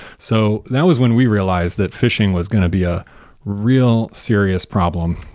so that was when we realized that phishing was going to be a real serious problem,